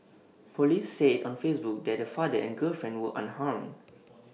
Police said on Facebook that the father and girlfriend were unharmed